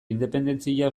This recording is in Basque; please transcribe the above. independentzia